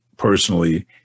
personally